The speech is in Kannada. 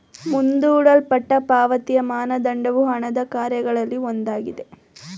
ಮುಂದೂಡಲ್ಪಟ್ಟ ಪಾವತಿಯ ಮಾನದಂಡವು ಹಣದ ಕಾರ್ಯಗಳಲ್ಲಿ ಒಂದಾಗಿದೆ